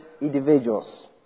individuals